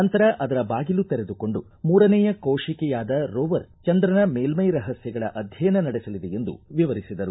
ನಂತರ ಅದರ ಬಾಗಿಲು ತೆರೆದುಕೊಂಡು ಮೂರನೆಯ ಕೋಶಿಕೆಯಾದ ರೋವರ್ ಚಂದ್ರನ ಮೇಲ್ವೈ ರಹಸ್ಥಗಳ ಅಧ್ಯಯನ ನಡೆಸಲಿದೆ ಎಂದು ವಿವರಿಸಿದರು